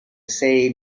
say